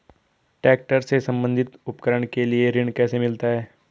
Tractor से संबंधित उपकरण के लिए ऋण कैसे मिलता है?